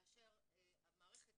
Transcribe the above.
כאשר המערכת,